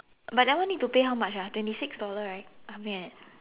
but that one need to pay how much ah twenty six dollar right something like that